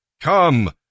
Come